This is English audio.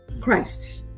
Christ